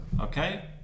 okay